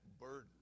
burden